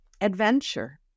Adventure